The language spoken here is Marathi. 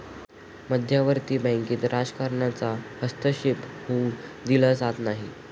मध्यवर्ती बँकेत राजकारणाचा हस्तक्षेप होऊ दिला जात नाही